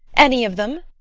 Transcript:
any of them?